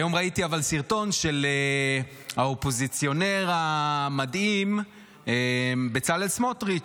היום ראיתי סרטון של האופוזיציונר המדהים בצלאל סמוטריץ'